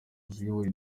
uburyohe